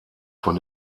von